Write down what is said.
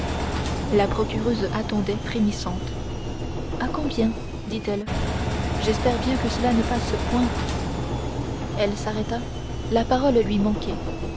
la procureuse attendait frémissante à combien dit-elle j'espère bien que cela ne passe point elle s'arrêta la parole lui manquait